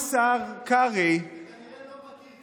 אתה כנראה לא מכיר,